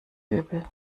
übel